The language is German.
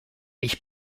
ich